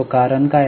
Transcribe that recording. कारण काय आहे